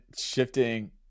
shifting